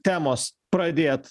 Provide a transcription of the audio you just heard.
temos pradėt